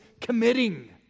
committing